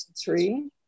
Three